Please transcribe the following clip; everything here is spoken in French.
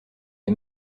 des